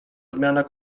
zmiana